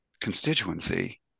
constituency